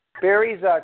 Barry's